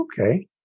okay